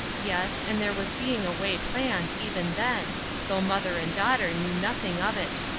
yes, and there was being a way planned, even then though mother and daughter knew nothing of it.